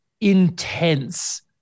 intense